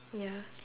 ya